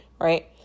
Right